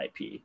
IP